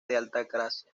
gracia